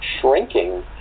shrinking